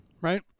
right